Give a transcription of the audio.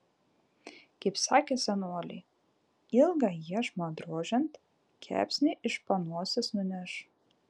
kaip sakė senoliai ilgą iešmą drožiant kepsnį iš panosės nuneš